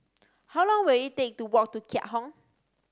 how long will it take to walk to Keat Hong